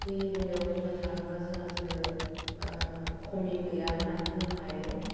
दैनि बेलायाव बुंनो थांङोबा जोंहा जेबो खमि गैया होननानै बुंनो हायो